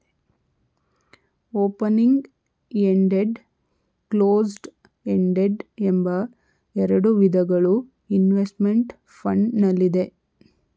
opening ended, closed ended ಎಂಬ ಎರಡು ವಿಧಗಳು ಇನ್ವೆಸ್ತ್ಮೆಂಟ್ ಫಂಡ್ ನಲ್ಲಿದೆ